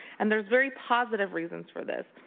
and there is very positive reasons for this.